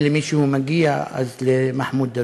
אם למישהו מגיע, אז למחמוד דרוויש,